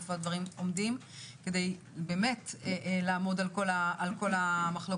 איפה הדברים עומדים כדי באמת לעמוד על כל המחלוקות.